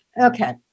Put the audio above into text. okay